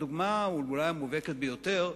הדוגמה, אולי המובהקת ביותר,